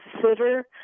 consider